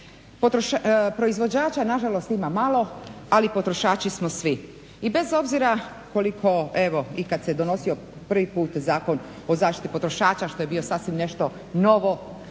Proizvođača na žalost ima malo, ali potrošači smo svi. I bez obzira koliko evo i kad se donosio prvi put Zakon o zaštiti potrošača što je bio sasvim nešto novo